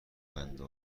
بنده